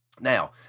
Now